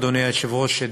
אדוני היושב-ראש,